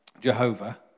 Jehovah